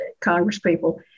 congresspeople